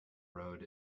road